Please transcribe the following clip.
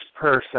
person